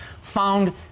found